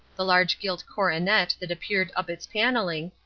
the large gilt coronet that appeared up its panelling,